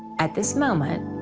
at this moment,